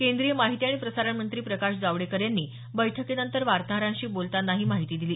केंद्रीय माहिती आणि प्रसारण मंत्री प्रकाश जावडेकर यांनी बैठकीनंतर वार्ताहरांशी बोलताना ही माहिती दिली